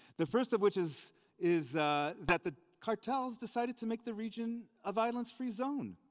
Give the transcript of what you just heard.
the first of which is is that the cartels decided to make the region a violence-free zone.